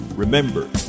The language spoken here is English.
Remember